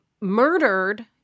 murdered